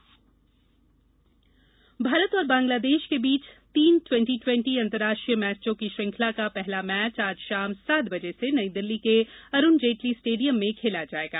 twenty twenty Bharat और बांग्लादेश के बीच तीन ट्वेंटी ट्वेंटी अंतर्राष्ट्रीय मैचों की श्रृंखला का पहला मैच आज शाम सात बजे से नई दिल्ली के अरुण जेटली स्टेडियम में खेला जाएगा